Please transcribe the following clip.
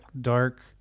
dark